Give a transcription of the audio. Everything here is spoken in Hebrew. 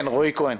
כן, רועי כהן.